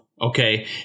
okay